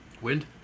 wind